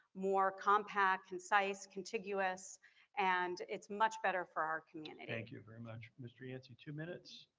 more compact, concise, contiguous and it's much better for our community. you very much, mr. yancey two minutes.